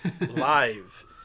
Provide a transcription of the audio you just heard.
live